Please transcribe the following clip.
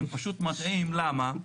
הם פשוט מטעים, למה?